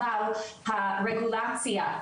אבל הרגולציה,